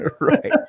Right